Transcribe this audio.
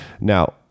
Now